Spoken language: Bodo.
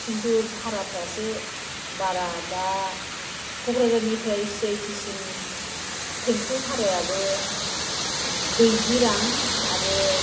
किन्तु भाराफ्रासो बारा दा कक्राझारनिफ्राय सि आइ टिसिम टेम्पु भारायाबो ब्रैजि रां आरो